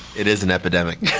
it is an epidemic.